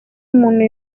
umuntu